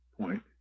point